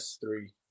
Three